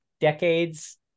decades